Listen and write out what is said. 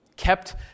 kept